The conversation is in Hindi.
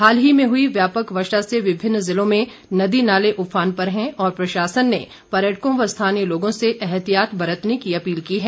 हाल ही में हई व्यापक वर्षा से विभिन्न जिलों में नदी नाले उफान पर हैं और प्रशासन ने पर्यटकों व स्थानीय लोगों से एहतियात बरतने की अपील की है